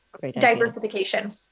diversification